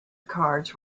cards